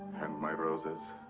and my roses